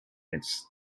its